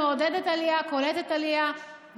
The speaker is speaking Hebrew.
איזה סוג של תמיכה גם